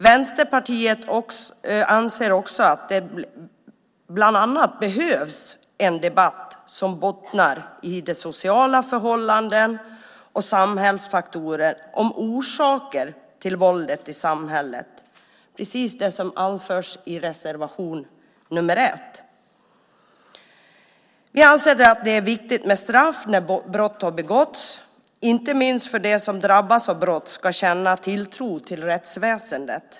Vänsterpartiet anser också att det bland annat behövs en debatt som bottnar i sociala förhållanden och samhällsfaktorer och om orsaker till våldet i samhället. Det är precis det som anförs i reservation 1. Vi anser att det är viktigt med straff när brott har begåtts inte minst för att de som drabbas av brott ska känna tilltro till rättsväsendet.